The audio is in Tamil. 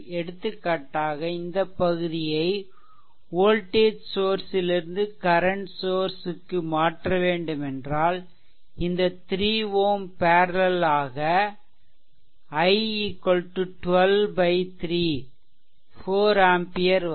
எடுத்துக்காட்டாக இந்த பகுதியை வோல்டேஜ் சோர்ஸ் லிருந்து கரன்ட் சோர்ஸ் க்கு மாற்றவேண்டும் என்றால் இந்த 3 Ω பேர்லெல் ஆக i 12 3 4 ampere வரும்